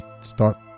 start